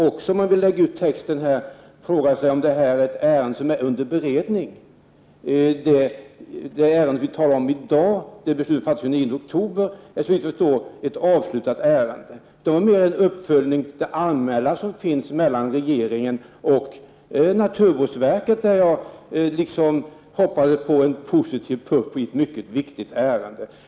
Om man vill lägga ut texten kan man naturligtvis fråga om detta ärende är under beredning. I det ärende som vi talar om i dag fattades beslut den 9 oktober, och det är såvitt jag förstår ett avslutat ärende. Jag ville närmast göra en uppföljning av anmälan då det gäller regeringen och naturvårdsverket, och jag hade hoppats på en positiv puff i ett mycket viktigt ärende.